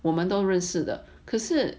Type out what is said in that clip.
我们都认识的可是